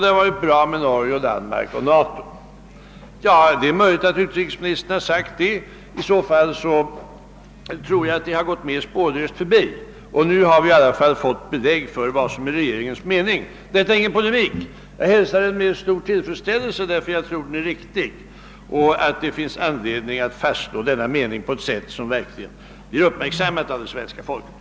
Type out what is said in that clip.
Det har även varit bra i fråga om Norge Det är möjligt att utrikesministern tidigare har sagt så, men det har i så fall gått mig spårlöst förbi. Nu har vi alla fått belägg för vad som är regeringens mening. Detta är ingen polemik. Jag hälsar regeringsdeklarationen med stor tillfredsställelse, därför att jag tror att den är riktig och att det finns anledning att fastslå denna mening på ett sätt som blir uppmärksammat av det svenska folket.